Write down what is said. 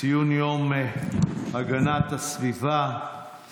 נעבור להצעות לסדר-היום בנושא: ציון יום הגנת הסביבה והאקלים,